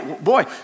Boy